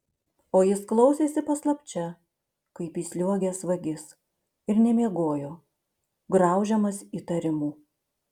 o jis klausėsi paslapčia kaip įsliuogęs vagis ir nemiegojo graužiamas įtarimų